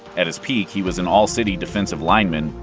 at his peak, he was an all-city defensive lineman.